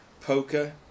poker